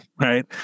right